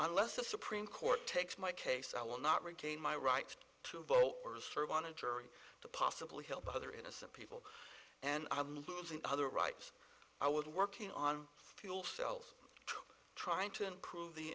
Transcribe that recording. unless the supreme court takes my case i will not regain my right to vote or serve on a jury to possibly help other innocent people and i lose in other rights i was working on fuel cells trying to improve the